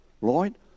Lloyd